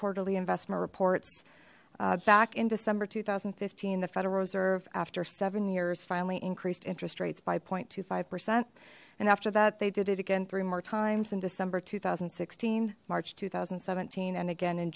quarterly investment reports back in december two thousand and fifteen the federal reserve after seven years finally increased interest rates by zero twenty five percent and after that they did it again three more times in december two thousand and sixteen march two thousand and seventeen and again in